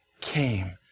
came